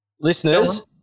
Listeners